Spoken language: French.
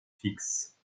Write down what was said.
fixe